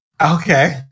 Okay